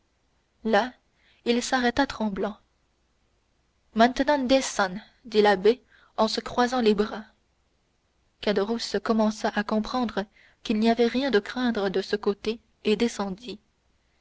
là il s'arrêta tremblant maintenant descends dit l'abbé en se croisant les bras caderousse commença de comprendre qu'il n'y avait rien à craindre de ce côté et descendit